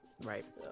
Right